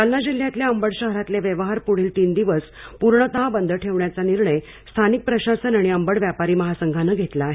जालना जिल्ह्यातल्या अंबड शहरातले व्यवहार पुढील तीन दिवस पूर्णत बंद ठेवण्याचा निर्णय स्थानिक प्रशासन आणि अंबड व्यापारी महासंघानं घेतला आहे